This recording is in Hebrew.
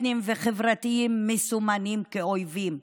אתניים וחברתיים מסומנים כאויבים.